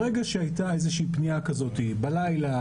ברגע שהייתה איזושהי פנייה כזאת בלילה,